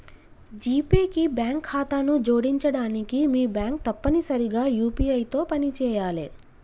GPay కి bank ఖాతాను జోడించడానికి మీ బ్యాంక్ తప్పనిసరిగా యూ.పీ.ఐ తో పనిచేయాలే